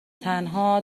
تنها